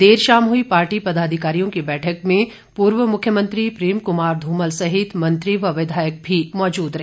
देर शाम हुई पार्टी पदाधिकारियों की बैठक में पूर्व मुख्यमंत्री प्रेम कुमार धूमल सहित मंत्री व विधायक भी मौजूद रहे